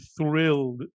thrilled